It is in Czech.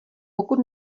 pokud